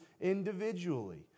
individually